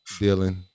Dylan